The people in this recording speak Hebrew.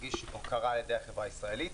ירגיש הוקרה על-ידי החברה הישראלית,